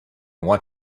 want